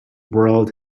world